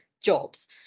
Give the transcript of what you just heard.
jobs